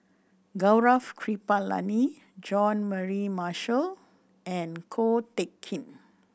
Gaurav Kripalani Jean Mary Marshall and Ko Teck Kin